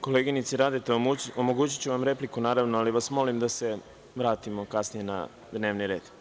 Koleginice Radeta, omogućiću vam repliku, naravno, ali vas molim da se vratimo kasnije na dnevni red.